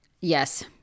Yes